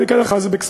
בעיקר זה בכספים,